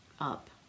up